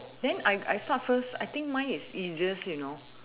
then I I start first I think mine is easiest you know